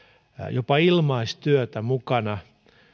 jopa ilmaistyötä mukana